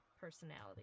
personality